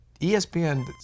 ESPN